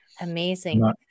amazing